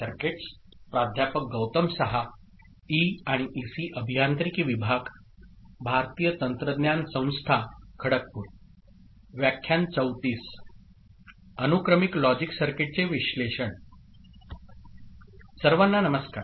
सर्वांना नमस्कार